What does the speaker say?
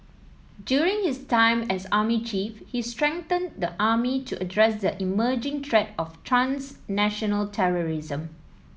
during his time as army chief he strengthened the army to address the emerging threat of transnational terrorism